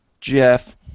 Jeff